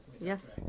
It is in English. Yes